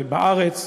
בארץ,